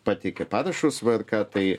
pateikė parašus vrk tai